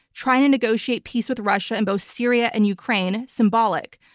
trying to negotiate peace with russia in both syria and ukraine, symbolic.